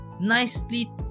Nicely